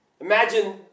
Imagine